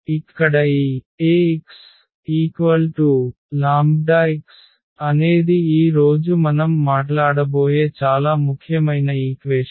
ఇక్కడ ఈ Ax λx అనేది ఈ రోజు మనం మాట్లాడబోయే చాలా ముఖ్యమైన ఈక్వేషన్